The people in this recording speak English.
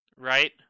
Right